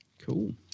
Cool